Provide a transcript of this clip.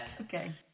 Okay